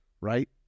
Right